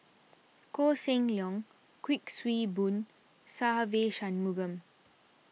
Koh Seng Leong Kuik Swee Boon and Se Ve Shanmugam